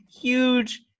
huge